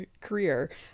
career